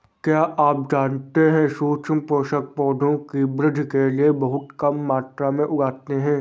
क्या आप जानते है सूक्ष्म पोषक, पौधों की वृद्धि के लिये बहुत कम मात्रा में लगते हैं?